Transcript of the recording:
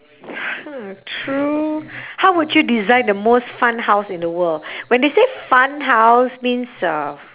hmm true how would you design the most fun house in the world when they say fun house means uh